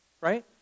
Right